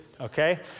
Okay